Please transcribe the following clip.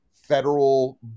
federal